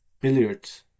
billiards